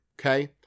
Okay